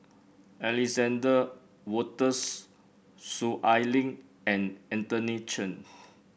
Alexander Wolters Soon Ai Ling and Anthony Chen